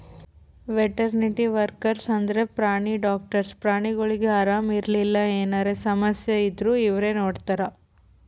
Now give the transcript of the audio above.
veterinary workers ಅಂದ್ರ ಪ್ರಾಣಿ doctors ಪ್ರಾಣಿಗೊಳಿಗ್ ಆರಾಮ್ ಇರ್ಲಿಲ್ಲ ಎನರೆ ಸಮಸ್ಯ ಇದ್ದೂರ್ ಇವ್ರೇ ನೋಡ್ತಾರ್